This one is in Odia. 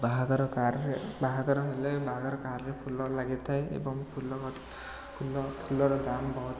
ବାହାଘର କାର୍ରେ ବାହାଘର ହେଲେ ବାହାଘର କାର୍ରେ ଫୁଲ ଲାଗିଥାଏ ଏବଂ ଫୁଲ ଫୁଲ ଫୁଲର ଦାମ୍ ବହୁତ